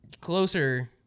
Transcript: closer